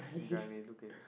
guy may look at